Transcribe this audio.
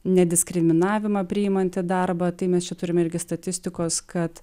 nediskriminavimą priimantį darbą tai mes čia turim irgi statistikos kad